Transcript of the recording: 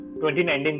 2019